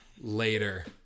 later